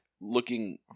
looking